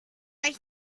don’t